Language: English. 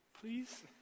please